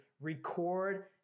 record